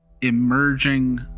emerging